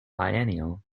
biennial